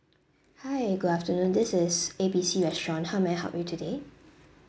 hi good afternoon this is A B C restaurant how may I help you today